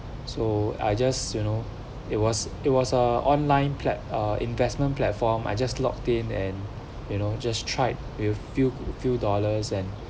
so I just you know it was it was a online plat~ uh investment platform I just logged in and you know just tried with few few dollars and